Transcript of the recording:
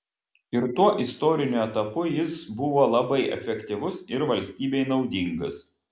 ir tuo istoriniu etapu jis buvo labai efektyvus ir valstybei naudingas